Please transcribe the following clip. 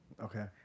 Okay